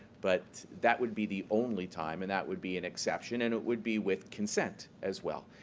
but that would be the only time and that would be an exception and it would be with consent as well.